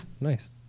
Nice